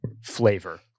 flavor